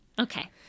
Okay